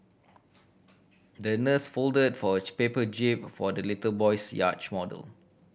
the nurse fold for a paper jib for the little boy's yacht model